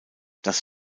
das